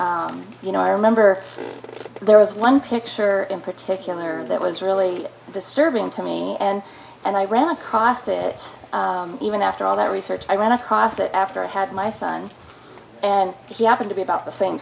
and you know i remember there was one picture in particular that was really disturbing to me and and i ran across it even after all that research i ran across it after i had my son and he happened to be about the same